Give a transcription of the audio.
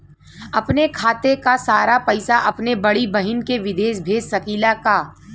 अपने खाते क सारा पैसा अपने बड़ी बहिन के विदेश भेज सकीला का?